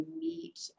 meet